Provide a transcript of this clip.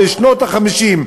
בשנות ה-50,